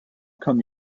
come